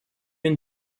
une